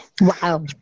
Wow